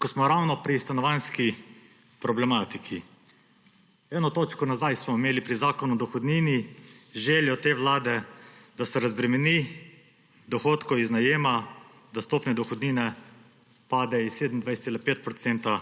Ko smo ravno pri stanovanjski problematiki. Eno točko nazaj smo imeli pri zakonu o dohodnini željo te vlade, da se razbremeni dohodkov iz najema, da stopnja dohodnine pade s 27,5 %